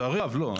לצערי הרב לא.